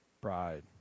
Pride